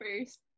first